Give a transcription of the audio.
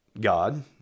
God